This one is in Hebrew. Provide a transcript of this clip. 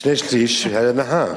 שני-שליש של הנחה.